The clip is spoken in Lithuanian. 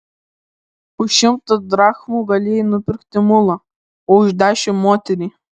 už šimtą drachmų galėjai nupirkti mulą o už dešimt moterį